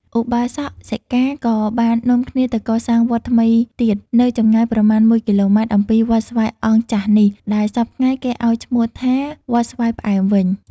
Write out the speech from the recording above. ឧបាសក-សិកា ក៏បាននាំគ្នាទៅកសាងវត្តថ្មីទៀត នៅចម្ងាយប្រមាណ ១ គ.ម. អំពីវត្តស្វាយអង្គចាស់នេះ ដែលសព្វថ្ងៃគេឲ្យឈ្មោះថា "វត្តស្វាយ ផ្អែម" វិញ ។